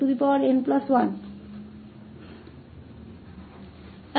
तो यह भी किया जाता है